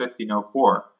1504